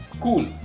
Cool